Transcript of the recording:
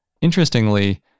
interestingly